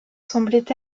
semblait